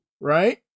right